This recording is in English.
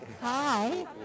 hi